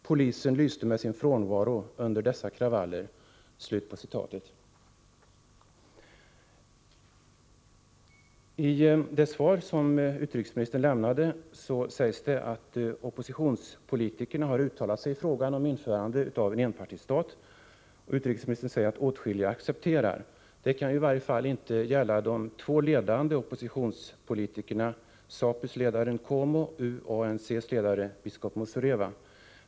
Polisen lyste med sin frånvaro under dessa kravaller, ——=.” I det svar som utrikesministern lämnade sägs det att oppositionspolitikerna har uttalat sig i frågan om införande av en enpartistat, och utrikesministern säger att åtskilliga accepterar. Det kan i varje fall inte gälla de två ledande oppositionspolitikerna, ZAPU:s ledare Nkomo och UANC:s ledare biskop Muzoreva.